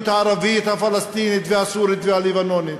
הערבית הפלסטינית והסורית והלבנונית